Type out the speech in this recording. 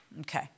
Okay